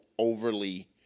overly